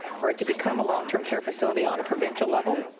for it to become a long-term care facility on a provincial level.